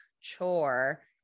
chore